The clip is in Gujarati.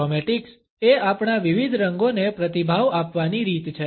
ક્રોમેટિક્સ એ આપણા વિવિધ રંગોને પ્રતિભાવ આપવાની રીત છે